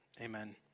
Amen